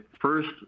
first